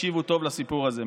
ותקשיבו היטב לסיפור הזה.